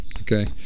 Okay